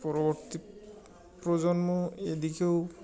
পরবর্তী প্রজন্ম এদিকেও